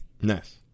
Nice